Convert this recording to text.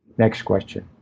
next question,